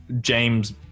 james